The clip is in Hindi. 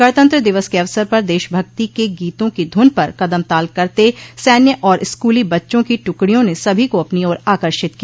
गणतंत्र दिवस के अवसर पर देशभक्ति के गीतों की धुन पर कदमताल करते सैन्य और स्कूली बच्चों की टुकड़ियों ने सभी को अपनी ओर आकर्षित किया